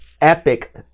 epic